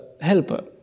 helper